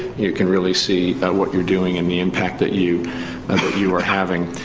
you can really see what you're doing and the impact that you you are having.